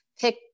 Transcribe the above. pick